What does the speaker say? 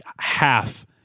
half